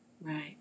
Right